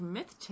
Myth